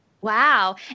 wow